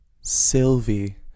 Sylvie